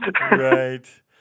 Right